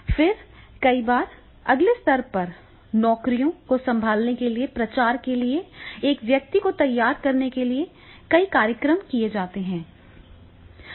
फिर कई बार अगले स्तर की नौकरियों को संभालने के लिए प्रचार के लिए एक व्यक्ति को तैयार करने के लिए कई कार्यक्रम तैयार किए जाते हैं